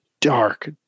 dark